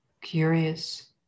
curious